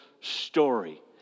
story